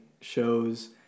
shows